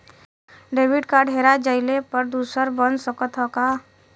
Debit card हेरा जइले पर दूसर बन सकत ह का?